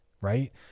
right